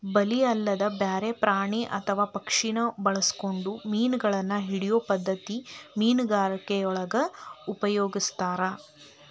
ಬಲಿ ಅಲ್ಲದನ ಬ್ಯಾರೆ ಪ್ರಾಣಿ ಅತ್ವಾ ಪಕ್ಷಿನ ಬಳಸ್ಕೊಂಡು ಮೇನಗಳನ್ನ ಹಿಡಿಯೋ ಪದ್ಧತಿ ಮೇನುಗಾರಿಕೆಯೊಳಗ ಉಪಯೊಗಸ್ತಾರ